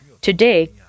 today